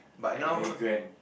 like very grand